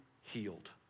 healed